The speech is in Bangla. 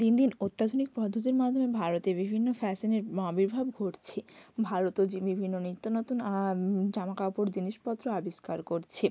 দিন দিন অত্যাধুনিক পদ্ধতির মাধ্যমে ভারতে বিভিন্ন ফ্যাশানের আবির্ভাব ঘটছে ভারতও যে বিভিন্ন নিত্যনতুন জামাকাপড় জিনিসপত্র আবিষ্কার করছে